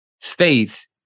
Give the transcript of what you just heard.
faith